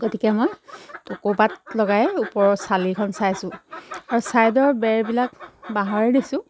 গতিকে মই টকৌপাত লগাই ওপৰৰ চালিখন চাইছোঁ আৰু ছাইডৰ বেৰবিলাক বাঁহৰে দিছোঁ